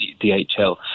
DHL